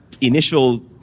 initial